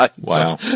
Wow